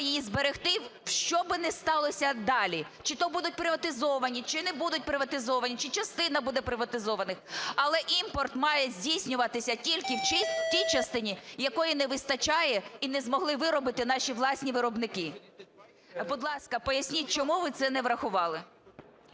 її зберегти що би не сталося далі – чи то будуть приватизовані, чи не будуть приватизовані, чи частина буде приватизованих, але імпорт має здійснюватися тільки в тій частині, якої не вистачає і не змогли виробити наші власні виробники. Будь ласка, поясніть, чому ви це не врахували.